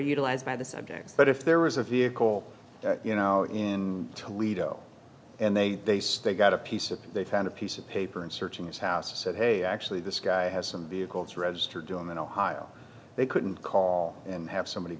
utilized by the subjects but if there was a vehicle you know in toledo and they they still got a piece of they found a piece of paper and searching his house said hey actually this guy has some vehicles revs to do in ohio they couldn't call and have somebody